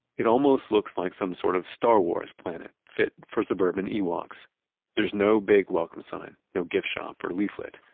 it almost looks like some sort of star wars planet, fit for suburban ewoks. there's no big welcome sign, no gift shop or leaflet.